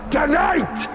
Tonight